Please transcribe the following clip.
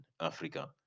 Africa